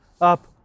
up